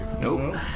Nope